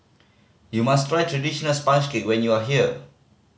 you must try traditional sponge cake when you are here